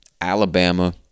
Alabama